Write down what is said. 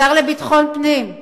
השר לביטחון פנים,